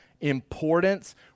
importance